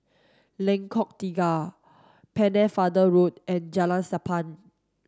Lengkok Tiga Pennefather Road and Jalan Sappan